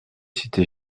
cité